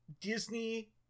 Disney